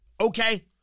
okay